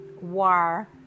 war